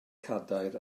cadair